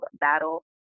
battle